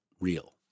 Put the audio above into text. real